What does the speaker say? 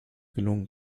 gelungen